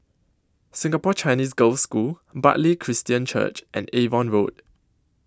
Singapore Chinese Girls' School Bartley Christian Church and Avon Road